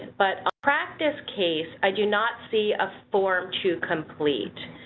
but on practice case, i do not see a form to complete,